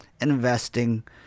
investing